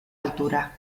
altura